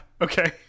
okay